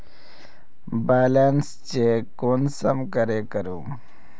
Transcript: Balance check कुंसम करे करूम?